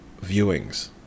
viewings